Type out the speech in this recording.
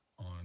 on